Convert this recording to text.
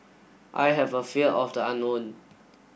I have a fear of the unknown